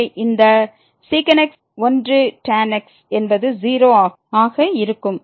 எனவே இந்த sec x 1 tan x என்பது 0 ஆக இருக்கும்